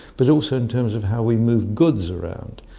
but also in terms of how we move goods around.